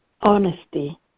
honesty